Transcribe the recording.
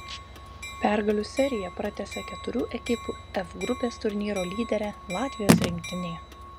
pergalių seriją pratęsė keturių ekipų f grupės turnyro lyderė latvijos rinktinė